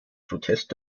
protest